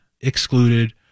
excluded